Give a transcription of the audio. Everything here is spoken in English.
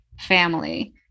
family